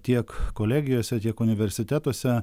tiek kolegijose tiek universitetuose